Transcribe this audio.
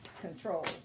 control